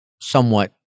somewhat